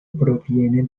proviene